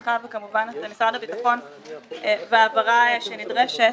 עמדתך וכמובן את אנשי משרד הביטחון בהעברה שנדרשת